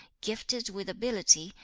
gifted with ability,